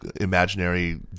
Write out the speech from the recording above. imaginary